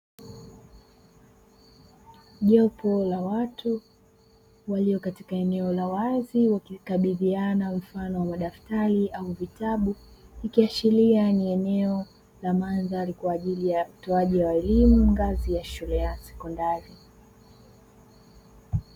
Jopo la watu walio katika eneo la wazi wakikabidhiana mfano wa madaftari au vitabu, ikiashiria ni eneo la mandhari kwa ajili ya utoaji wa elimu ngazi ya shule ya sekondari.